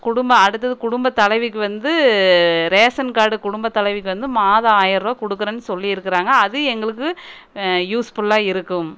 குடும்ப அடுத்தது குடும்ப தலைவிக்கு வந்து ரேசன் கார்டு குடும்ப தலைவிக்கு வந்து மாதம் ஆயர ரூவா கொடுக்கறேன்னு சொல்லியிருக்குறாங்க அதும் எங்களுக்கு யூஸ்புல்லாக இருக்கும்